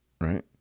right